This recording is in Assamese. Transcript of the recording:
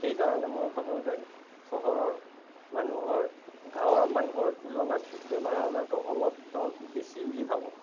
সেইকাৰণে মই ভাবোঁ যে চহৰৰ মানুহৰ গাঁৱৰ মানুহৰ তুলনাত বেমাৰ আজাৰটো অলপ ধৰক বেছি বুলি ভাবোঁ